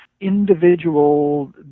individual